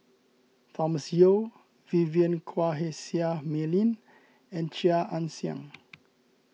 Thomas Yeo Vivien Quahe Seah Mei Lin and Chia Ann Siang